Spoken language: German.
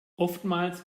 oftmals